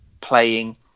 playing